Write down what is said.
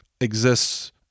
exists